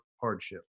hardship